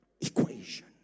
equation